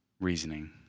reasoning